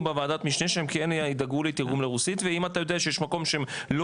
בוועדת משנה שהם כן ידאגו לתרגום לרוסית ואם אתה יודע שיש מקום שלא